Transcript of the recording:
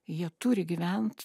jie turi gyvent